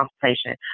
consultation